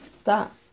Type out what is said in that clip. stop